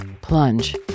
plunge